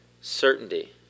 certainty